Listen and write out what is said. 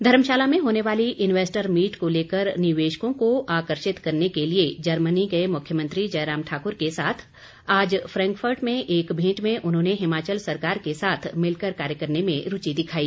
धर्मशाला में होने वाली इन्वेस्टर मीट को लेकर निवेशकों को आकर्षित करने के लिए जर्मनी गए मुख्यमंत्री जयराम ठाकुर के साथ आज फ्रेंकफर्ट में एक भेंट में उन्होंने हिमाचल सरकार के साथ मिलकर कार्य करने में रूचि दिखाई